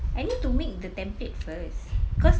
I need to make the template first cause